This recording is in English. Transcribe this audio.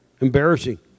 Embarrassing